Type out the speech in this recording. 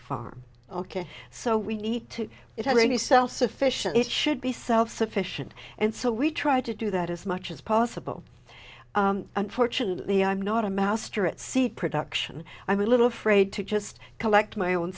farm ok so we need to italy self sufficient it should be self sufficient and so we try to do that as much as possible unfortunately i'm not a master at sea production i'm a little afraid to just collect my own